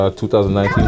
2019